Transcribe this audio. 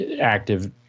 active